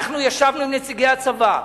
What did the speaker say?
אנחנו ישבנו עם נציגי הצבא,